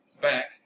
back